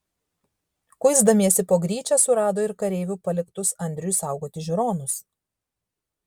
kuisdamiesi po gryčią surado ir kareivių paliktus andriui saugoti žiūronus